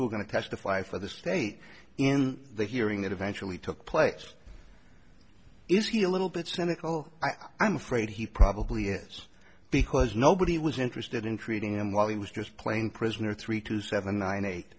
who are going to testify for the state in the hearing that eventually took place is he a little bit cynical i'm afraid he probably is because nobody was interested in treating him while he was just playing prisoner three two seven nine eight